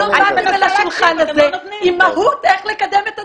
מעולם לא באתם לשולחן הזה עם מהות איך לקדם את הדבר.